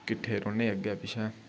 किट्ठे रौह्न्ने अग्गें पिच्छें